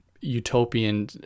utopian